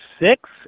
six